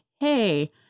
hey